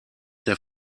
der